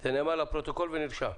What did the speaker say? זה נאמר לפרוטוקול ונרשם.